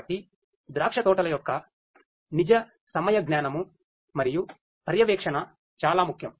కాబట్టి ద్రాక్షతోటల యొక్క నిజ సమయ గ్ననము మరియు పర్యవేక్షణ చాలా ముఖ్యం